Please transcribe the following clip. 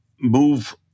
move